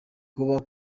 kuba